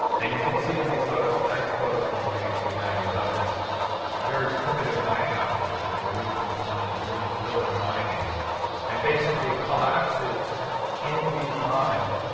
and you can see in these photos some nice photos from the late eighteen ninety s of this very primitive mining operation. they were using what's known as room and pillar mining and basically collapses in these mines,